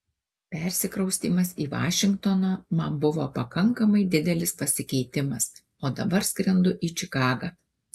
persikraustymas į vašingtoną man buvo pakankamai didelis pasikeitimas o dabar skrendu į čikagą